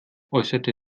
äußerte